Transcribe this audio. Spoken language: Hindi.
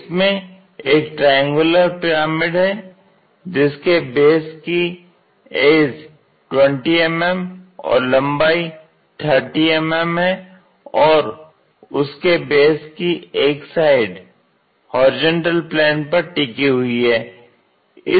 इसमें एक ट्रायंगुलर पिरामिड है जिसके बेस की एज 20 mm और लंबाई 30 mm है और उसके बेस की एक साइड HP पर टीकी हुई है